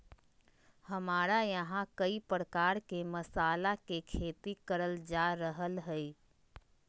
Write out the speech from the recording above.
हमरा यहां कई प्रकार के मसाला के खेती करल जा रहल हई